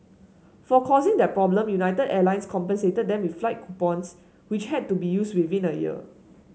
for causing that problem United Airlines compensated them with flight coupons which had to be used within a year